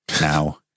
now